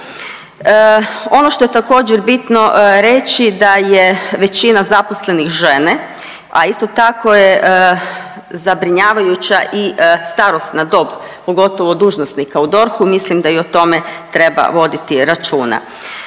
Ono što je također bitno reći da je većina zaposlenih žene, a isto tako je zabrinjavajuća i starosna dob, pogotovo dužnosnika u DORH-u, mislim da i o tome treba voditi računa.